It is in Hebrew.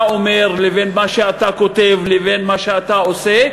אומר לבין מה שאתה כותב לבין מה שאתה עושה,